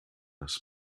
das